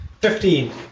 Fifteen